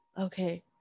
Okay